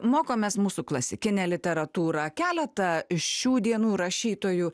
mokomės mūsų klasikinę literatūrą keletą šių dienų rašytojų